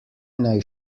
naj